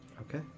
Okay